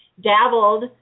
dabbled